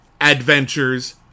adventures